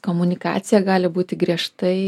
komunikacija gali būti griežtai